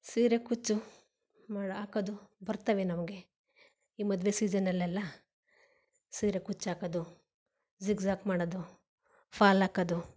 ಸೀರೆ ಕುಚ್ಚು ಮೊಳ ಹಾಕೋದು ಬರ್ತವೆ ನಮಗೆ ಈ ಮದುವೆ ಸೀಸನಲೆಲ್ಲ ಸೀರೆ ಕುಚ್ಚಾಕೋದು ಝಿಗ್ಝ್ಯಾಗ್ ಮಾಡೋದು ಫಾಲ್ ಹಾಕೋದು